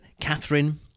Catherine